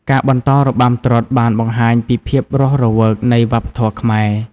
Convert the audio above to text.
ការបន្តរបាំត្រុដិបានបង្ហាញពីភាពរស់រវើកនៃវប្បធម៌ខ្មែរ។